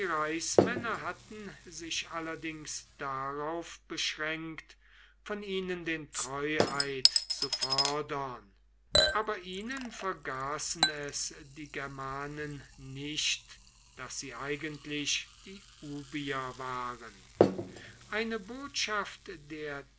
hatten sich allerdings darauf beschränkt von ihnen den treueid zu fordern aber ihnen vergaßen es die germanen nicht daß sie eigentlich die ubier waren eine botschaft der